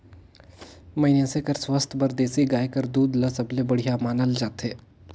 मइनसे कर सुवास्थ बर देसी गाय कर दूद ल सबले बड़िहा मानल जाथे